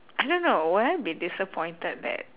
I don't know would I be disappointed that